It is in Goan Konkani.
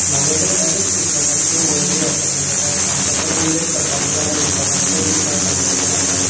म्हाजे कडेन अनेक पुस्तकांचे वळेरी आसात म्हणजे आतां सांगपाचो उल्लेख करपाचो जाल्यार लेखकांचो वी स खांडेकर आसात